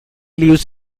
lives